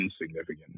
insignificant